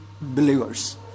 believers